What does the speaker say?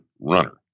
runner